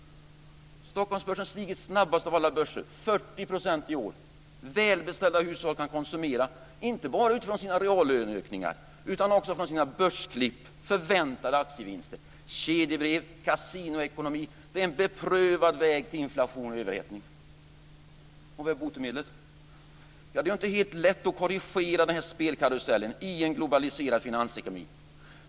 Stockholmsbörsen har stigit snabbast av alla börser, 40 % i år. Välbeställda hushåll kan konsumera inte bara utifrån sina reallöneökningar utan också utifrån sina börsklipp och förväntade aktievinster. Kedjebrevs och kasinoekonomi är en beprövad väg till inflation och överhettning. Har vi botemedlet? Det är inte helt lätt att korrigera spelkarusellen i en globaliserad finansekonomi.